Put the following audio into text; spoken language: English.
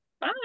Bye